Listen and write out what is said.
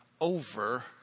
over